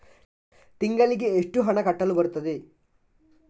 ತಿಂಗಳಿಗೆ ಎಷ್ಟು ಹಣ ಕಟ್ಟಲು ಬರುತ್ತದೆ?